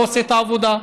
לא עושה את העבודה.